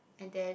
and then